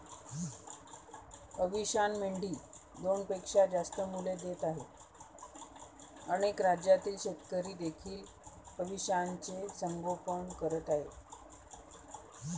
अविशान मेंढी दोनपेक्षा जास्त मुले देत आहे अनेक राज्यातील शेतकरी देखील अविशानचे संगोपन करत आहेत